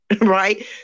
right